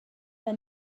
met